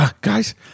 Guys